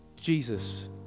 Jesus